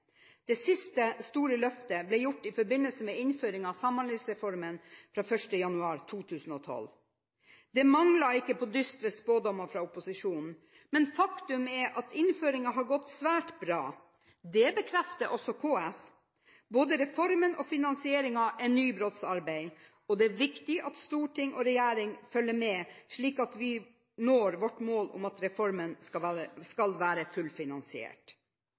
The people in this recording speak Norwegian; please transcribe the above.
Det siste store løftet ble gjort i forbindelse med innføringen av Samhandlingsreformen fra 1. januar 2012. Det manglet ikke på dystre spådommer fra opposisjonen, men faktum er at innføringen har gått svært bra. Det bekrefter også KS. Både reformen og finansieringen er nybrottsarbeid, og det er viktig at storting og regjering følger med, slik at vi når vårt mål om at reformen skal være fullfinansiert.